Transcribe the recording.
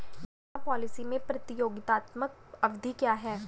बीमा पॉलिसी में प्रतियोगात्मक अवधि क्या है?